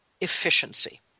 efficiency